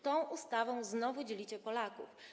Tą ustawą znowu dzielicie Polaków.